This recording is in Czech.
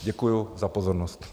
Děkuji za pozornost.